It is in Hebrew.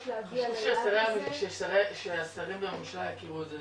להגיע --- חשוב מאוד שהשרים יכירו את זה.